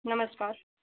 नमस्कार